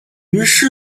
于是